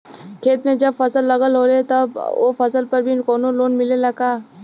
खेत में जब फसल लगल होले तब ओ फसल पर भी कौनो लोन मिलेला का?